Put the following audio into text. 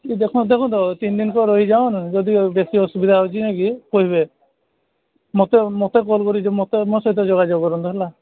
ଏଇ ଦେଖନ୍ତୁ ଦେଖନ୍ତୁ ତିନିଦିନ ରହିଯଆନ୍ତୁ ଯଦି ବେଶୀ ଅସୁବିଧା ହେଉଛି ନାଇଁକି କହିବେ ମୋତେ ମୋତେ କଲ୍ କରି କରିକି ମୋ ସହିତ ଯୋଗାଯୋଗ କରନ୍ତୁ ହେଲା